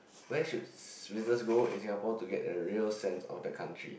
where should visitors go in Singapore to get a real sense of the country